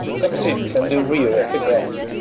comes in from the rear of the garden.